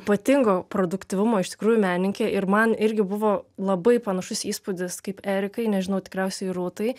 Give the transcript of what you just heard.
ypatingo produktyvumo iš tikrųjų menininkė ir man irgi buvo labai panašus įspūdis kaip erikai nežinau tikriausiai rūtai